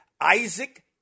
Isaac